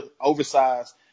oversized